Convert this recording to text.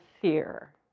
fear